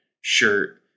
shirt